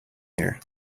here